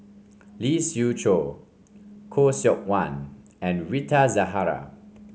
Lee Siew Choh Khoo Seok Wan and Rita Zahara